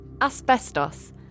Asbestos